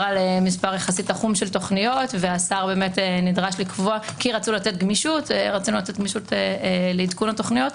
על מספר יחסית תחום של תכניות כי רצינו לתת גמישות לעדכון התכניות,